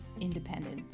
independence